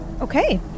Okay